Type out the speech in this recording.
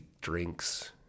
drinks